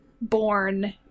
born